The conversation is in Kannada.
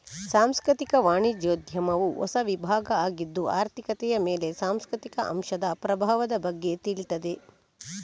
ಸಾಂಸ್ಕೃತಿಕ ವಾಣಿಜ್ಯೋದ್ಯಮವು ಹೊಸ ವಿಭಾಗ ಆಗಿದ್ದು ಆರ್ಥಿಕತೆಯ ಮೇಲೆ ಸಾಂಸ್ಕೃತಿಕ ಅಂಶದ ಪ್ರಭಾವದ ಬಗ್ಗೆ ತಿಳೀತದೆ